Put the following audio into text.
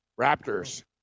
Raptors